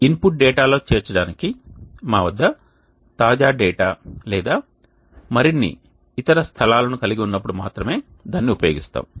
input డేటాలో చేర్చడానికి మా వద్ద తాజా డేటా లేదా మరిన్ని ఇతర స్థలాలను కలిగి ఉన్నప్పుడు మాత్రమే దానిని ఉపయోగిస్తాము